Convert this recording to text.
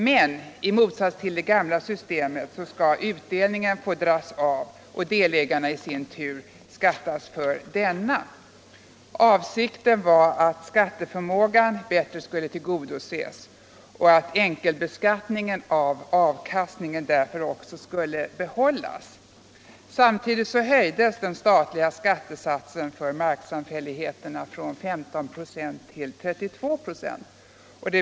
Men i motsats till i det gamla systemet skall utdelningen få dras av och delägarna i sin tur beskattas för denna. Avsikten var att skatteförmågan bättre skulle beaktas och att enkelbeskattningen av avkastningen skulle bibehållas. Samtidigt höjdes den statliga skattesatsen för marksamfälligheterna från 15 till 32 96.